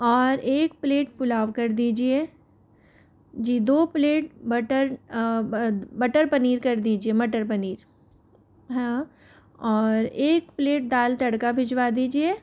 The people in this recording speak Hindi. और एक प्लेट पुलाव कर दीजिए जी दो प्लेट बटर बटर पनीर कर दीजिए मटर पनीर हाँ और एक प्लेट दाल तड़का भिजवा दीजिए